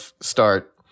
start